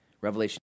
Revelation